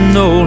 no